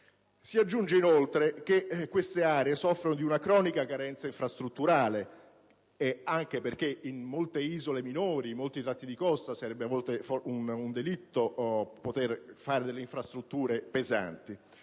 Si aggiunga, inoltre, che tali aree soffrono di una cronica carenza infrastrutturale, anche perché su molte isole minori e in vari tratti di costa sarebbe un delitto realizzare infrastrutture pesanti;